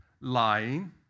lying